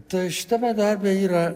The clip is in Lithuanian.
tai šitame darbe yra